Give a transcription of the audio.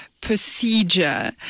procedure